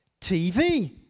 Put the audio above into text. TV